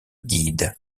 guide